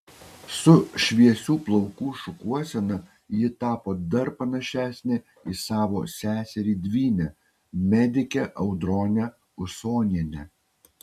su šviesių plaukų šukuosena ji tapo dar panašesnė į savo seserį dvynę medikę audronę usonienę